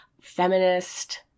feminist